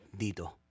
Dito